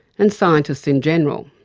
and scientists in general.